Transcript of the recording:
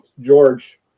George